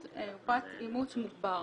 ופרט אימות מוגבר.